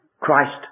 Christ